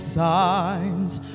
signs